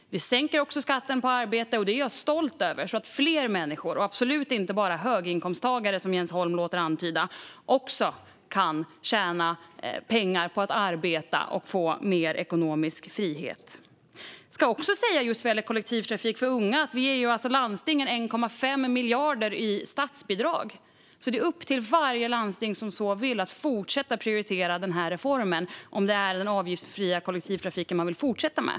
Vi sänker även skatten på arbete, vilket jag är stolt över, för att fler människor - och absolut inte bara höginkomsttagare, som Jens Holm låter antyda - ska kunna tjäna pengar på att arbeta och få mer ekonomisk frihet. Vad gäller kollektivtrafik för unga ska jag också säga att vi ger landstingen 1,5 miljarder i statsbidrag. Det är därför upp till varje landsting som så vill att fortsätta att prioritera den här reformen, om det är den avgiftsfria kollektivtrafiken man vill fortsätta med.